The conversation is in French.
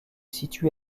situé